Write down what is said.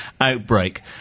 outbreak